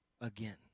again